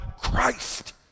Christ